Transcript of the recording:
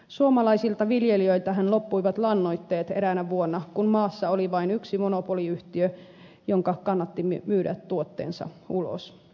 suomalaisilta viljelijöiltähän loppuivat lannoitteet eräänä vuonna kun maassa oli vain yksi monopoliyhtiö jonka kannatti myydä tuotteensa ulos